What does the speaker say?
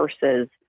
versus